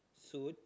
suite